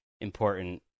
important